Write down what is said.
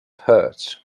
hurts